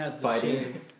fighting